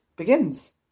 Begins